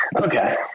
okay